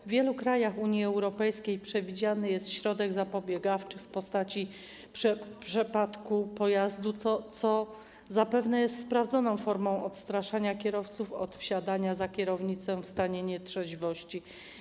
W wielu krajach Unii Europejskiej przewidziany jest środek zapobiegawczy w postaci przepadku pojazdu - to, co zapewne jest sprawdzoną formą odstraszania kierowców od wsiadania za kierownicę w stanie nietrzeźwości.